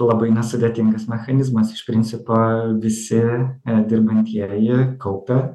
labai nesudėtingas mechanizmas iš principo visi dirbantieji kaupia